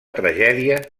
tragèdia